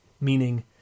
meaning